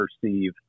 perceive